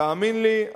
תאמין לי,